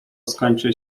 skończy